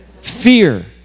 Fear